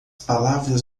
palavras